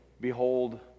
Behold